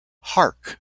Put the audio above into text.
hark